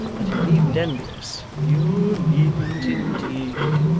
that you needn't envy us you needn't indeed